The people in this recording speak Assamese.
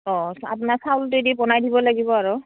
অঁ আপোনাৰ বনাই দিব লাগিব আৰু